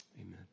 Amen